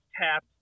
tapped